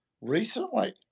recently